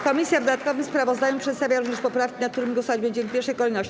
Komisja w dodatkowym sprawozdaniu przedstawia również poprawki, nad którymi głosować będziemy w pierwszej kolejności.